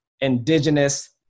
indigenous